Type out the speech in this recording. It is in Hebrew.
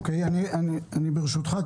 ברשותך,